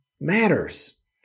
matters